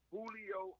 Julio